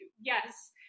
yes